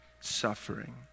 Suffering